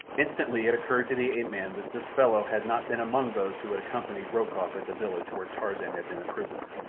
instantly it occurred to the ape-man that this fellow had not been among those who had accompanied rokoff at the village where tarzan had been a prisoner.